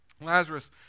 Lazarus